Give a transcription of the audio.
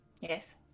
Yes